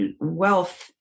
wealth